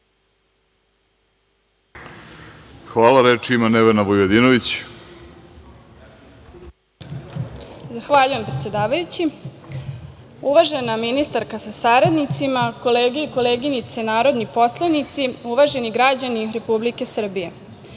Vujadinović. **Nevena Vujadinović** Zahvaljujem, predsedavajući. Uvažena ministarka sa saradnicima, kolege i koleginice narodni poslanici, uvaženi građani Republike Srbije,